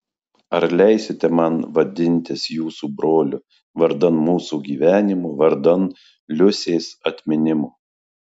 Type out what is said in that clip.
ar leisite man vadintis jūsų broliu vardan mūsų gyvenimo vardan liusės atminimo